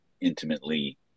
intimately